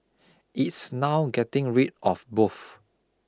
it's now getting rid of both